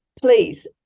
please